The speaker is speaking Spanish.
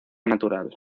natural